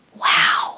Wow